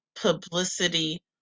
publicity